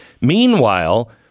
Meanwhile